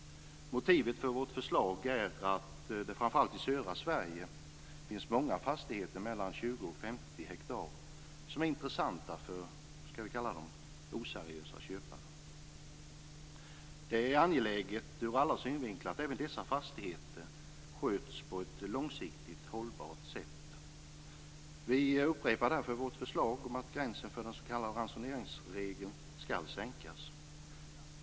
Motivet till vårt förslag är att det framför allt i södra Sverige finns många fastigheter mellan 20 och 50 hektar som är intressanta för vad vi kan kalla oseriösa köpare. Det är angeläget ur alla synvinklar att även dessa fastigheter sköts på ett långsiktigt hållbart sätt. Vi upprepar därför vårt förslag om att gränsen för den s.k. ransoneringsregeln skall sänkas.